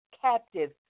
captive